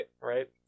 Right